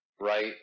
Right